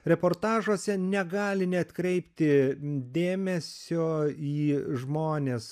reportažuose negali neatkreipti dėmesio į žmones